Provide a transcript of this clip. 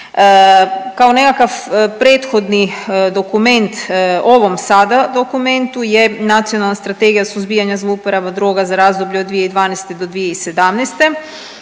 Kao nekakav prethodni dokument ovom sada dokumentu je Nacionalna strategija suzbijanja zlouporaba droga za razdoblje 2012.-2017.